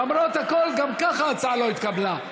למרות הכול, גם ככה ההצעה לא התקבלה.